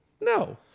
no